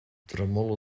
tremole